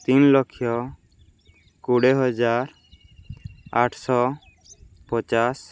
ତିନ ଲକ୍ଷ କୋଡ଼ିଏ ହଜାର ଆଠଶହ ପଚାଶ